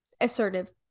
assertive